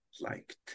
liked